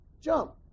jump